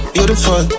Beautiful